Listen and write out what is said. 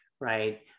right